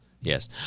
Yes